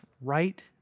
right